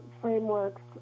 frameworks